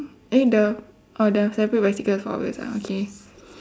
eh the oh the separate bicycle four wheels ah okay